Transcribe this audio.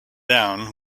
down